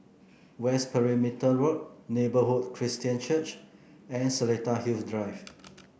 West Perimeter Road Neighbourhood Christian Church and Seletar Hills Drive